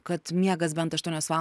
kad miegas bent aštuonias val